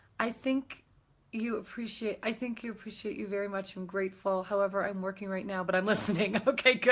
i think you appreciate, i think you appreciate you very much, i'm grateful, however i'm working right now but i'm listening. okay,